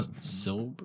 Silver